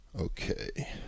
Okay